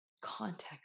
context